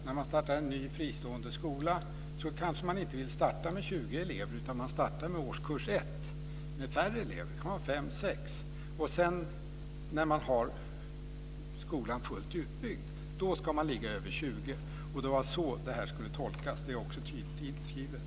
När man startar en ny fristående skola vill man kanske inte starta med 20 elever, utan man startar med årskurs 1 med färre elever. Det kan var fem sex elever. När man sedan har skolan fullt utbyggd ska man ligga över 20. Det var så det här skulle tolkas. Det är också tydligt inskrivet.